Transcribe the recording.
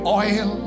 oil